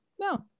No